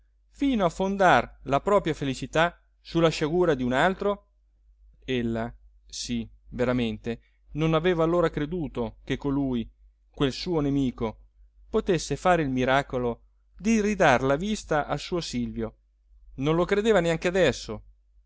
fino a fondar la propria felicità su la sciagura di un altro ella sì veramente non aveva allora creduto che colui quel suo nemico potesse fare il miracolo di ridar la vista al suo silvio non lo credeva neanche adesso